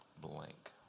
Blank